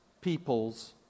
people's